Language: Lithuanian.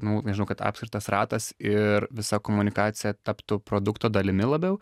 nu nežinau kad apskritas ratas ir visa komunikacija taptų produkto dalimi labiau